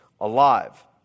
alive